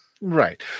Right